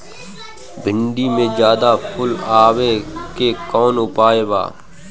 भिन्डी में ज्यादा फुल आवे के कौन उपाय बा?